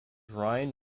rhine